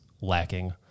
lacking